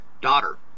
daughter